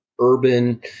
urban